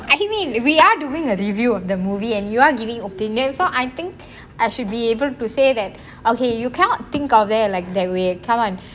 I mean we are doing a review on the movie and you're giving opinions so I think I should be able to say that okay you can't think of their like the way come on